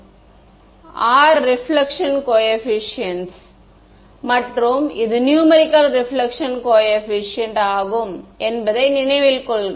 எனவே R reflection coefficient மற்றும் இது நூமரிகள் ரிபிலக்ஷன் கோஏபிசியன்ட் ஆகும் என்பதை நினைவில் கொள்க